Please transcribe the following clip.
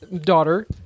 daughter